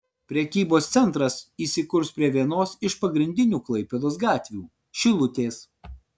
prekybos centras įsikurs prie vienos iš pagrindinių klaipėdos gatvių šilutės